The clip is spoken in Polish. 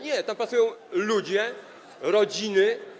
Nie, tam pracują ludzie, rodziny.